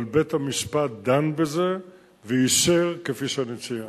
אבל בית-המשפט דן בזה ואישר, כפי שאני ציינתי.